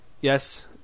yes